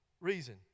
reason